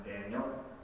Daniel